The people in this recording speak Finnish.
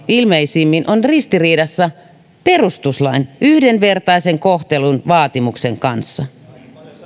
ilmeisimmin on ristiriidassa perustuslain yhdenvertaisen kohtelun vaatimuksen kanssa